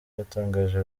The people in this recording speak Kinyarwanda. yatangaje